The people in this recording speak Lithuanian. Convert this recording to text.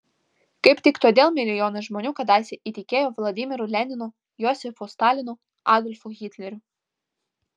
kaip tik todėl milijonai žmonių kadaise įtikėjo vladimiru leninu josifu stalinu adolfu hitleriu